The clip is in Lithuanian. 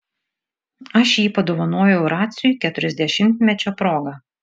aš jį padovanojau raciui keturiasdešimtmečio proga